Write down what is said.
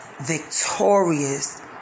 victorious